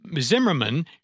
Zimmerman